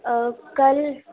اوہ کل